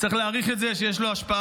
צריך להעריך את זה שיש לו השפעה.